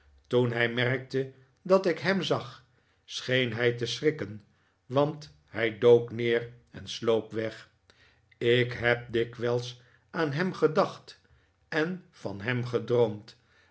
toep hij merkte dat ik hem zag scheen hij te schrikken want hij dook neer en sloop weg ik heb dikwijls aan hem gedacht en van hem gedroomd